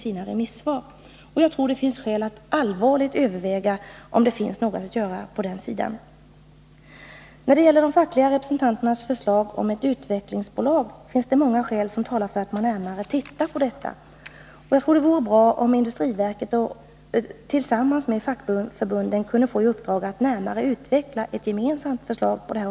Jag tror att det finns skäl att allvarligt överväga om det finns något att göra härvidlag. När det gäller de fackliga representanternas förslag om ett utvecklingsbolag finns det många skäl som talar för att man närmare bör se på detta. Jag tror att det vore bra om industriverket tillsammans med fackförbunden kunde få i uppdrag att närmare utveckla ett gemensamt förslag.